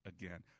again